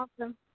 Awesome